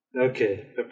Okay